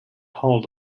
hold